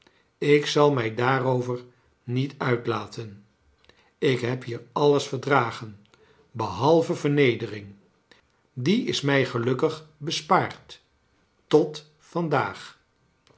ik zal mij daarover niet uitlaten ik heb hier alles verdragen behalve vernedering die is mij gelukkig bespaard tot